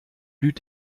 blüht